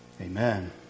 Amen